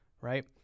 right